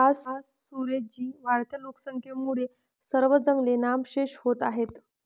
आज सुरेश जी, वाढत्या लोकसंख्येमुळे सर्व जंगले नामशेष होत आहेत